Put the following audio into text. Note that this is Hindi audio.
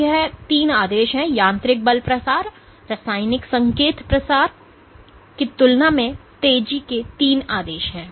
तो यह तीन आदेश हैं यांत्रिक बल प्रसार रासायनिक संकेत प्रसार की तुलना में तेजी के तीन आदेश हैं